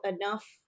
enough